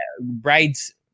bride's